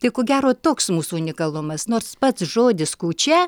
tai ko gero toks mūsų unikalumas nors pats žodis kūčia